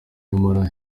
nyamara